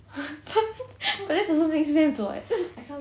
but that doesn't make sense [what]